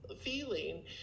feeling